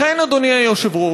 לכן, אדוני היושב-ראש,